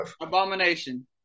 Abomination